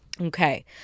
Okay